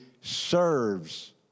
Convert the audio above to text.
serves